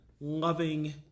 loving